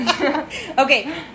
Okay